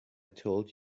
told